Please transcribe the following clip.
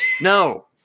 No